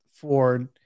Ford